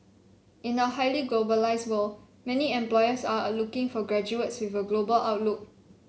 in a highly globalised world many employers are looking for graduates with a global outlook